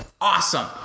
awesome